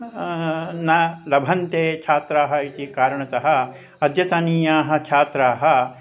न लभन्ते छात्राः इति कारणतः अद्यतनीयाः छात्राः